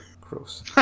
Gross